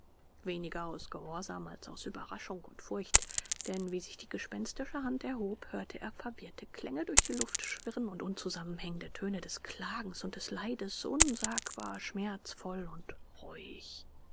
weniger aus gehorsam als aus ueberraschung und furcht denn wie sich die gespenstische hand erhob hörte er verwirrte klänge durch die luft schwirren und unzusammenhängende töne des klagens und des leides unsagbar schmerzensvoll und reuig